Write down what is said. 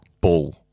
Bull